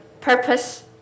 purpose